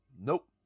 Nope